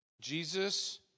Jesus